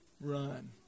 Run